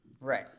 Right